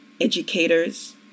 educators